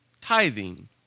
tithing